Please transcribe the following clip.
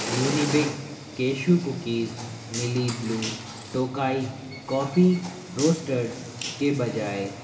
Unibic cashew cookies मिली Blue Tokai Coffee Roasters के बजाय